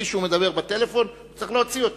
אם מישהו מדבר בטלפון צריך להוציא אותו.